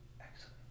Excellent